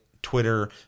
twitter